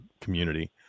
community